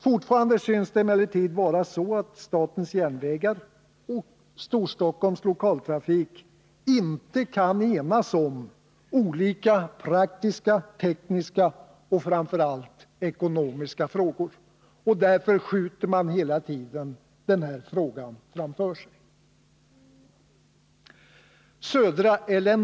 Fortfarande synes det emellertid vara så att statens järnvägar och Storstockholms Lokaltrafik inte kan enas om olika praktiska, tekniska och framför allt ekonomiska frågor. Därför skjuter man hela tiden den här frågan framför sig.